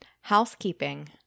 Housekeeping